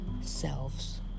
selves